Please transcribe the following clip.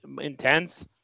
intense